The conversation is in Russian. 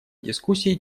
дискуссии